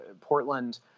Portland